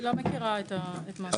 אני לא מכירה את מה שהוא אומר.